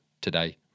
today